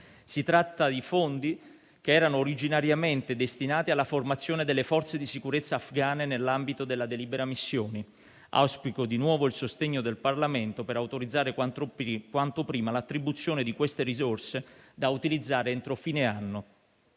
Si tratta di fondi che erano originariamente destinati alla formazione delle forze di sicurezza afghane nell'ambito della delibera missioni. Auspico di nuovo il sostegno del Parlamento per autorizzare quanto prima l'attribuzione di queste risorse da utilizzare entro fine anno.